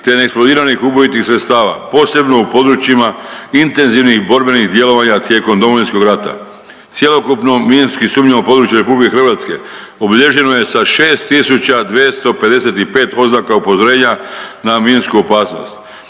te neeksplodiranih ubojitih sredstava, posebno u područjima intenzivnih borbenih djelovanja tijekom Domovinskog rata. Cjelokupno minski sumnjivo područje RH obilježeno je sa 6 255 oznaka upozorenja na minsku opasnost.